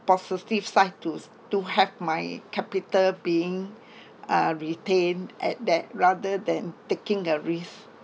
positive sight to s~ to have my capital being uh retained at that rather than taking a risk